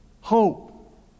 hope